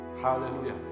Hallelujah